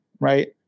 Right